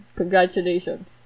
congratulations